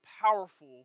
powerful